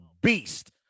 beast